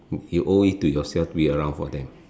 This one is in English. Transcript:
you owe it to yourself to be around for them